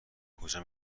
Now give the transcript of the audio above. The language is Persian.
کجا